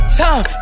time